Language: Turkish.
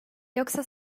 yoksa